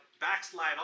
backslide